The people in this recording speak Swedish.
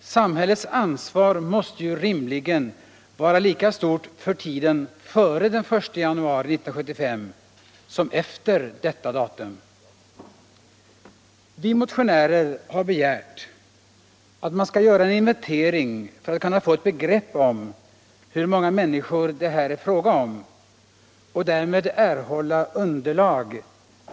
Samhällets ansvar måste rimligen vara lika stort för tiden före den 1 januari 1975 som efter detta datum! Vi motionärer har begärt att man skall göra en inventering för att kunna få ett begrepp om hur många människor det här är fråga om och därmed erhålla underlag